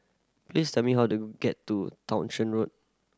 please tell me how to get to Townshend Road